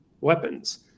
weapons